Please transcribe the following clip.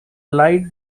light